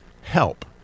help